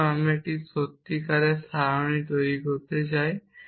সুতরাং আমি একটি সত্যিকারের সারণী তৈরি করতে চাই